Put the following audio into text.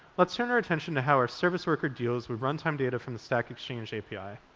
let's turn our attention to how our service worker deals with runtime data from the stack exchange api.